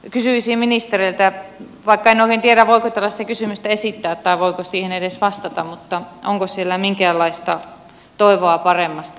kysyisin ministeriltä vaikka en oikein tiedä voiko tällaista kysymystä esittää tai voiko siihen edes vastata onko siellä minkäänlaista toivoa paremmasta näköpiirissä